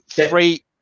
three